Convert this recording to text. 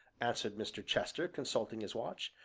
answered mr. chester, consulting his watch,